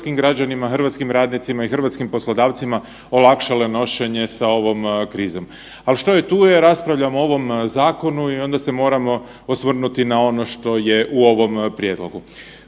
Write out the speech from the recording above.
hrvatskim građanima, hrvatskim radnicima i hrvatskim poslodavcima olakšale nošenje sa ovom krizom. Ali, što je, tu je, raspravljamo o ovom zakonu i onda se moramo osvrnuti na ono što je u ovom prijedlogu.